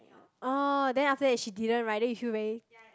oh then after that she didn't write then you feel very